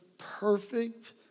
perfect